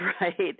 right